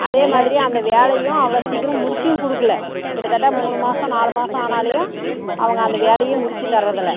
அதே மாதிரி அந்த வேலையும் அவ்வளோ சீக்கிரம் முடிச்சியும் கொடுக்கல கிட்டத்தட்ட மூணு மாதம் நாலு மாதம் ஆனாலையும் அவங்க அந்த வேலையும் முடிச்சு தர்றதில்லை